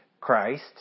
christ